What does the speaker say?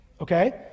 okay